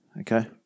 okay